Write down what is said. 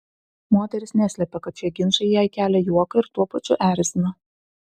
moteris neslepia kad šie ginčai jai kelia juoką ir tuo pačiu erzina